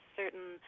certain